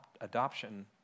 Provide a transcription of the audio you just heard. adoption